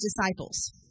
disciples